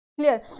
Clear